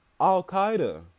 Al-Qaeda